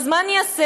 אז מה אני אעשה?